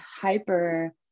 hyper